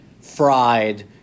fried